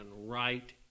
right